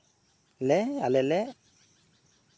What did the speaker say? ᱟᱞᱮ ᱟᱞᱮᱞᱮ